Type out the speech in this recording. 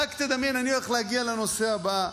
רק תדמיין, אני הולך להגיע לנושא הבא.